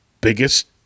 biggest